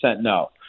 no